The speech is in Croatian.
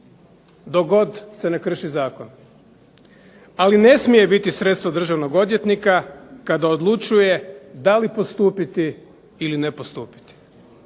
god se ne krši zakon. Ali ne smije biti sredstvo državnog odvjetnika kada odlučuje da li postupiti ili ne postupiti.